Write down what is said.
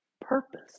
purpose